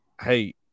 hey